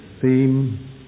theme